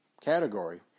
category